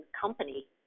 company